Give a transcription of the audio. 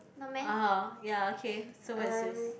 oh ya okay so what is yours